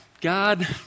God